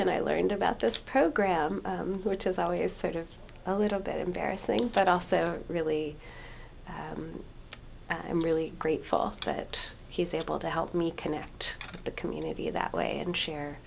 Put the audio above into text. and i learned about this program which is always sort of a little bit embarrassing but also really i'm really grateful that he's able to help me connect the community that way and share